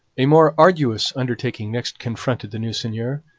a more arduous undertaking next confronted the new seigneur.